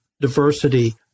diversity